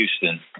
Houston